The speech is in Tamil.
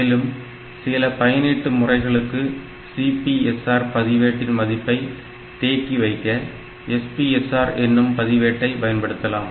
மேலும் சில பயனீட்டு முறைகளுக்கு CPSR பதிவேட்டின் மதிப்பை தேக்கிவைக்க SPSR என்னும் பதிவேட்டை பயன்படுத்தலாம்